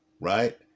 right